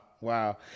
wow